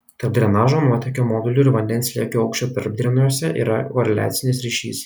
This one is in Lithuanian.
tarp drenažo nuotėkio modulių ir vandens slėgio aukščio tarpdreniuose yra koreliacinis ryšys